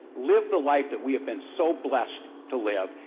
live the life that we have been so blessed to live,